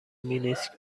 مینسک